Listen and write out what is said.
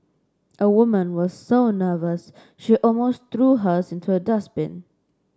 a woman was so nervous she almost threw hers into a dustbin